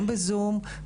גם בזום,